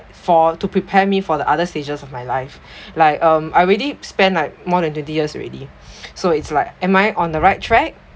for to prepare me for the other stages of my life like um I already spend like more than twenty years already so it's like am I on the right track